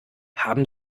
haben